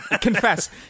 Confess